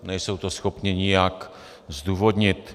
Nejsou to schopni nijak zdůvodnit.